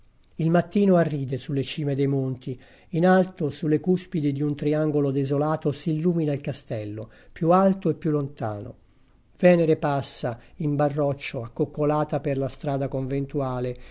il mattino arride sulle cime dei monti in alto sulle cuspidi di un triangolo desolato si illumina il castello più alto e più lontano venere passa in barroccio accoccolata per la strada conventuale